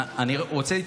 לא,